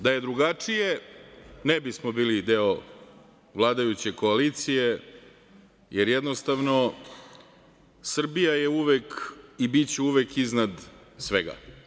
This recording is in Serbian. Da je drugačije ne bismo bili deo vladajuće koalicije, jer jednostavno Srbija je uvek i biće uvek iznad svega.